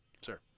Sir